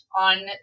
on